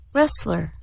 Wrestler